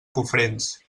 cofrents